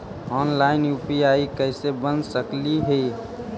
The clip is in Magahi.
ऑनलाइन यु.पी.आई कैसे बना सकली ही?